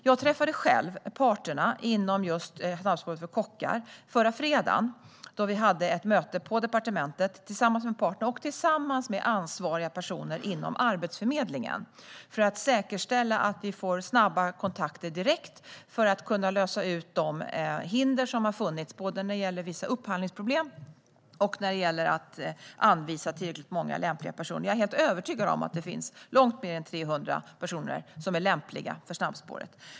Jag träffade själv parterna inom just snabbspåret för kockar förra fredagen då vi hade ett möte på departementet med dem och med ansvariga personer inom Arbetsförmedlingen. Syftet var att säkerställa att vi får snabba kontakter direkt för att kunna ta bort de hinder som har funnits både när det gäller vissa upphandlingsproblem och när det gäller att anvisa tillräckligt många lämpliga personer. Jag är helt övertygad om att det finns långt fler än 300 personer som är lämpliga för snabbspåren.